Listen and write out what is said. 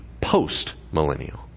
post-millennial